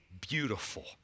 beautiful